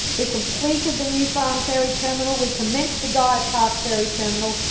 we completed the new farm ferry terminal we commenced the guyatt park ferry terminal.